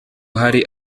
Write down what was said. hari